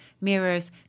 mirrors